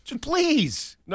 Please